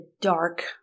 dark